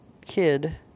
kid